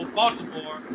Baltimore